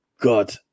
God